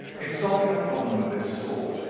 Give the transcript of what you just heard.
in solving a problem of this sort,